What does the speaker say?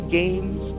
games